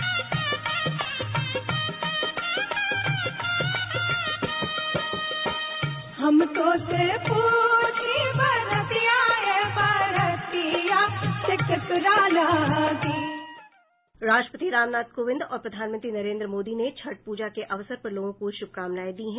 hold Chhath गीत राष्ट्रपति रामनाथ कोविंद और प्रधानमंत्री नरेन्द्र मोदी ने छठ पूजा के अवसर पर लोगों को शुभकामनाएं दी है